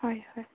হয় হয়